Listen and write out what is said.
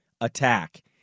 attack